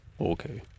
okay